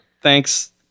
Thanks